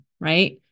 Right